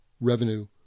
revenue